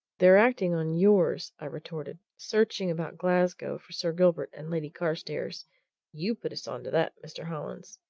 they're acting on yours, i retorted. searching about glasgow for sir gilbert and lady carstairs you put us on to that, mr. hollins.